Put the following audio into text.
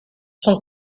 sont